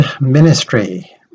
ministry